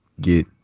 get